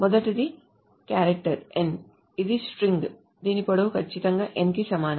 మొదటిది character n ఇది string దీని పొడవు ఖచ్చితంగా n కి సమానం